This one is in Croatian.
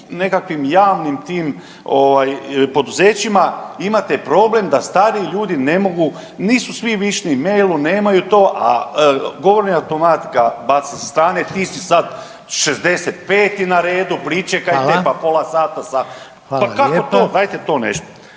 nekakvim javnim tim ovaj, poduzećima, imate problem da stariji ljudi ne mogu, nisu svi vični mailu, nemaju to, a govorni automat ga baca sa strane, ti si sad 65. na redu, pričekajte, pa .../Upadica: Hvala./... pola sata sa, pa kako to?